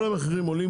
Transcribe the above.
כל המחירים עולים,